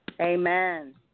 Amen